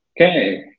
Okay